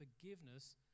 forgiveness